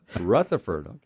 Rutherford